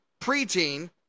preteen